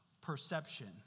perception